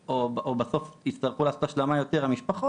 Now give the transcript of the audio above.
או בסוף יצטרכו לעשות השלמה יותר המשפחות,